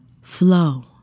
flow